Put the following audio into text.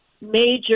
major